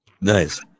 Nice